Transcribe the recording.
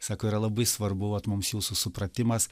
sako yra labai svarbu vat mums jūsų supratimas